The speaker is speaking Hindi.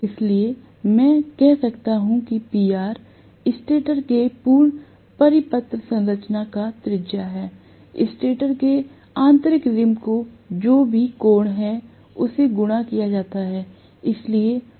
इसलिए मैं कह सकता हूं कि PRस्टेटर के पूर्ण परिपत्र संरचना का त्रिज्या है स्टेटर के आंतरिक रिम को जो भी कोण है उससे गुणा किया जाता है